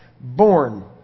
born